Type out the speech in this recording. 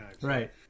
Right